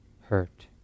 hurt